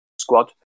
squad